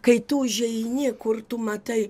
kai tu užeini kur tu matai